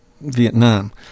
Vietnam